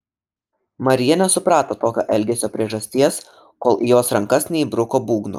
marija nesuprato tokio elgesio priežasties kol į jos rankas neįbruko būgno